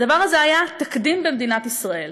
הדבר הזה היה תקדים במדינת ישראל: